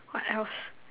what else